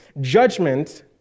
Judgment